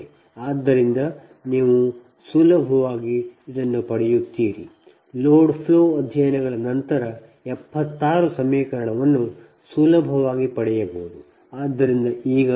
ಆದ್ದರಿಂದ ಅದರಿಂದ ನೀವು ಇದನ್ನು ಪಡೆಯುತ್ತೀರಿ ಲೋಡ್ ಫ್ಲೋ ಅಧ್ಯಯನಗಳ ನಂತರ 76 ಸಮೀಕರಣವನ್ನು ಸುಲಭವಾಗಿ ಪಡೆಯಬಹುದು